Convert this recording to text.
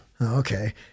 Okay